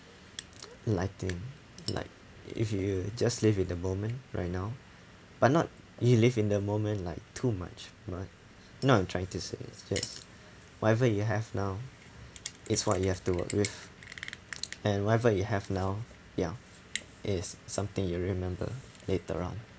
like if you just live in the moment right now but not you live in the moment like too much but not I'm trying to say is just whatever you have now it's what you have to work with and whatever you have now ya is something you remember later on